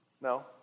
No